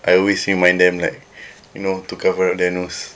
I always remind them like you know to cover their nose